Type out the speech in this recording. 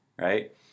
right